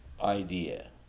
idea